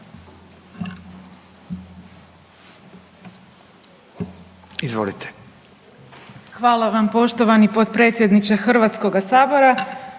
(SDP)** Hvala poštovani potpredsjedniče Hrvatskog sabora.